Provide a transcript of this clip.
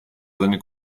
seine